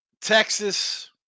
Texas